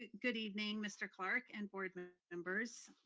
good evening, mr. clark and board members.